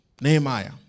Nehemiah